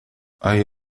hay